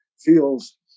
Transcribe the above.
feels